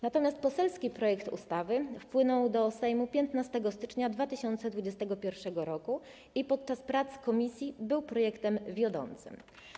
Natomiast poselski projekt ustawy wpłynął do Sejmu 15 stycznia 2021 r. i podczas prac komisji był projektem wiodącym.